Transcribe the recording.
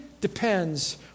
depends